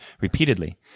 repeatedly